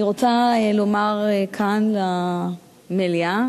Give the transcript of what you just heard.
אני רוצה לומר כאן למליאה,